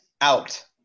Out